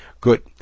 Good